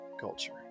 culture